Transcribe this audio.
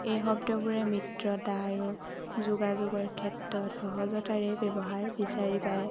এই শব্দবোৰে মিত্ৰতা আৰু যোগাযোগৰ ক্ষেত্ৰত সহজতাৰে ব্যৱহাৰ বিচাৰি পাই